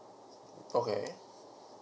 okay